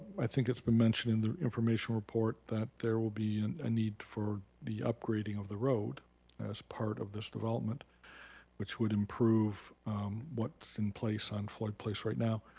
i think it's been mentioned in the information report that there will be and a need for the upgrading of the road as part of this development which would improve what's in place on floyd place right now.